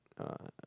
uh